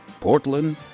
Portland